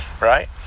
right